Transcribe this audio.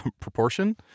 proportion